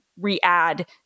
re-add